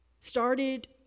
started